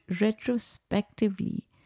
retrospectively